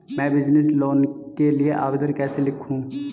मैं business loan के लिए आवेदन कैसे लिखूँ?